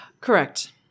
Correct